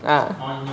ah